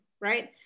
right